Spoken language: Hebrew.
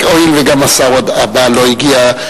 הואיל וגם השר הבא לא הגיע,